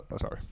sorry